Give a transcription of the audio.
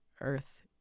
earth